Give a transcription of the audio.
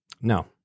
No